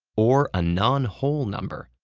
or a non-whole number,